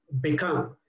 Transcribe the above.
become